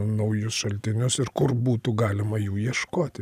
naujus šaltinius ir kur būtų galima jų ieškoti